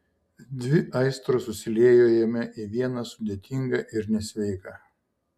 dvi aistros susiliejo jame į vieną sudėtingą ir nesveiką